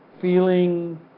feeling